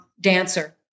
dancer